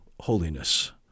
holiness